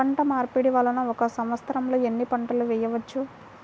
పంటమార్పిడి వలన ఒక్క సంవత్సరంలో ఎన్ని పంటలు వేయవచ్చు?